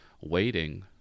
waiting